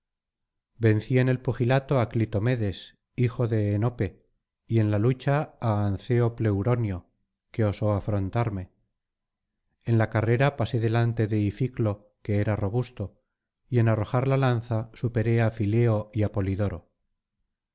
vencí en el pugilato á clitomedes hijo de enope y en la lucha á anceo pleuronio que osó afrontarme en la carrera pasé delante de ificlo que era robusto y en arrojar la lanza superé á fileo y á polidoro